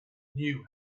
knew